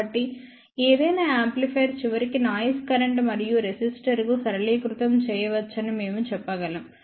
కాబట్టి ఏదైనా యాంప్లిఫైయర్ చివరికి నాయిస్ కరెంట్ మరియు రెసిస్టర్కు సరళీకృతం చేయవచ్చని మేము చెప్పగలం